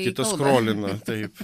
kitas skrolina taip